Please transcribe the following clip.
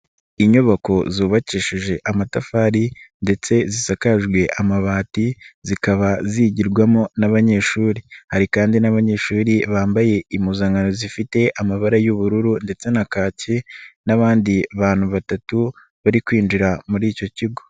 Inyubako zubakishije amatafari ndetse zisakajwe amabati, zikaba zigirwamo n'abanyeshuri, hari kandi n'abanyeshuri bambaye impuzankano zifite amabara y'ubururu ndetse na kaki n'abandi bantu batatu, bari kwinjira muri icyo kigo.